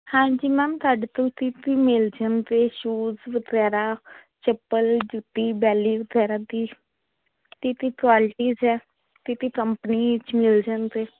ਹਾਂਜੀ ਮੈਮ ਤੁਹਾਡੇ ਕੋਲ ਕੀ ਕੀ ਮਿਲ ਜਾਣਗੇ ਸ਼ੂਜ ਵਗੈਰਾ ਚੱਪਲ ਜੁੱਤੀ ਬੈਲੀ ਵਗੈਰਾ ਦੀ ਕੀ ਕੀ ਕੁਆਲਿਟੀਜ਼ ਹੈ ਕੀ ਕੀ ਕੰਪਨੀ 'ਚ ਮਿਲ ਜਾਣਗੇ